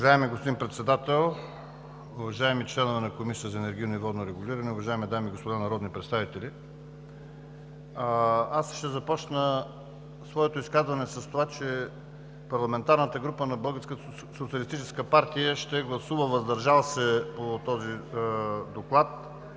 Уважаеми господин Председател, уважаеми членове на Комисията за енергийно и водно регулиране, уважаеми дами и господа народни представители! Аз ще започна своето изказване с това, че парламентарната група на Българската социалистическа